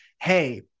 hey